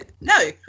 No